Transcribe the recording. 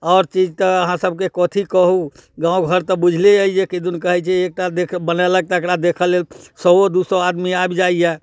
आओर चीज तऽ अहाँ सबके कथी कहू गामघर तऽ बुझले अइ जे किदन कहै छै जे एकटा बनेलक ओकरा देखऽलेल सौओ दुइ सओ आदमी आबि जाइए